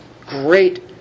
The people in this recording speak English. great